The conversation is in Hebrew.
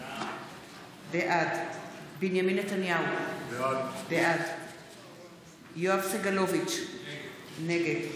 בעד בנימין נתניהו, בעד יואב סגלוביץ' נגד